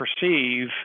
perceive